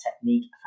technique